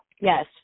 Yes